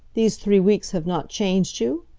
these three weeks have not changed you?